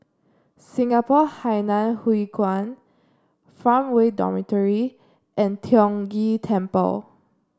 Singapore Hainan Hwee Kuan Farmway Dormitory and Tiong Ghee Temple